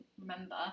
remember